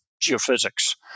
geophysics